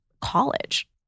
college